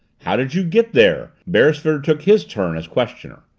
how did you get there? beresford took his turn as questioner.